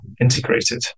integrated